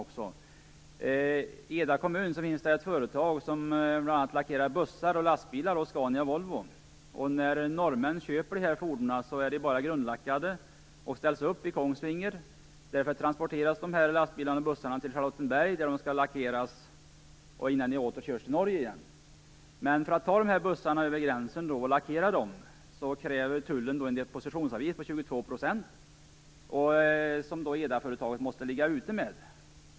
I Eda kommun finns ett företag som bl.a. lackerar bussar och lastbilar åt Scania och Volvo. När norrmän köper sådana fordon är de bara grundlackade. De ställs upp i Kongsvinger. Därifrån transporteras de till Charlottenberg, där de skall lackeras innan de åter körs till Norge. Men för att ta bussarna över gränsen för att lackeras kräver tullen en depositionsavgift på 22 % som Edaföretaget måste ligga ute med.